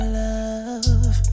love